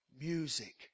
Music